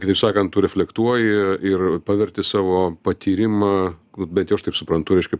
kitaip sakant tu reflektuoji ir paverti savo patyrimą bent jau aš taip suprantu reiškia